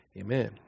Amen